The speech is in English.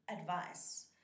advice